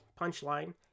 Punchline